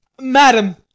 madam